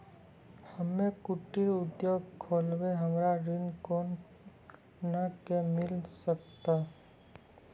हम्मे कुटीर उद्योग खोलबै हमरा ऋण कोना के मिल सकत?